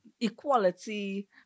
equality